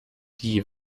die